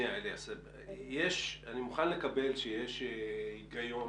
אני מוכן לקבל שיש הגיון